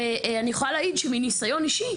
ואני יכולה להעיד שמניסיון אישי,